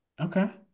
Okay